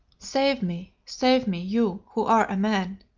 save me, save me, you, who are a man